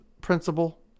principle